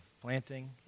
planting